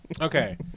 Okay